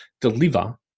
deliver